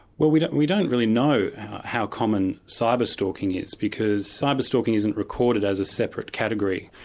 well we don't we don't really know how common cyber stalking is because cyber stalking isn't recorded as a separate category,